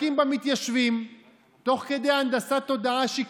אפשר וצריך להרחיב את השירותים הממשלתיים כדי להתערב במקומות שבהם השוק